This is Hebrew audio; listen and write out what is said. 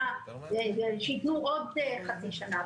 שייתנו עוד חצי שנה,